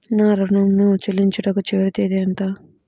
నా ఋణం ను చెల్లించుటకు చివరి తేదీ ఎంత?